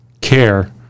care